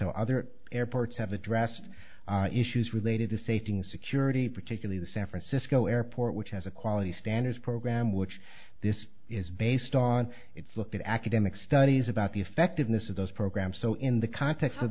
how other airports have addressed issues related to safety and security particularly the san francisco airport which has a quality standards program which this is based on it's looked at academic studies about the effectiveness of those programs so in the context of